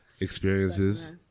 experiences